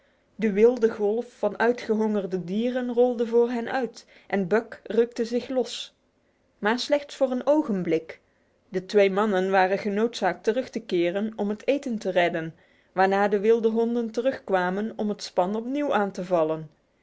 de wilde golf van uitgehongerde dieren rolde voor hen uit en buck rukte zich los maar slechts voor een ogenblik de twee mannen waren genoodzaakt terug te keren om het eten te redden waarna de wilde honden terugkwamen om het span opnieuw aan te vallen